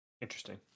interesting